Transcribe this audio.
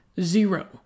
Zero